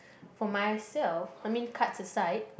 for myself I mean cards aside